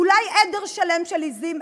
אולי עדר שלם של עזים?